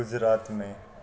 गुजरात में